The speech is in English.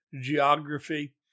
geography